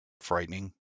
frightening